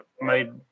made